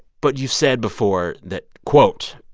but you've said before that, quote,